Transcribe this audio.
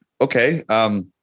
okay